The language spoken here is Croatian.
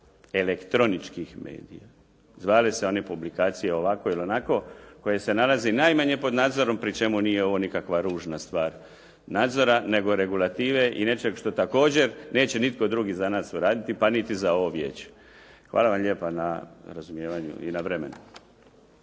elektroničkih medija zvale se one publikacije ovako ili onako koje se nalaze najmanje pod nadzorom pri čemu nije ovo nikakva ružna stvar nadzora nego regulative i nečeg što također neće nitko drugi za nas uraditi pa niti za ovo vijeće. Hvala vam lijepa na razumijevanju i na vremenu.